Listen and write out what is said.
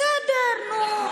בסדר, נו.